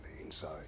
inside